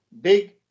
big